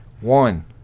One